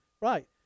Right